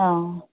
हँ